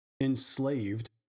enslaved